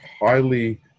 highly